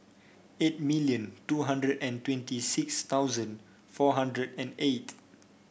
eight million two hundred and twenty six thousand four hundred and eight